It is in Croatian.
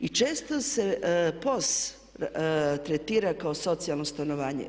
I često se POS tretira kao socijalno stanovanje.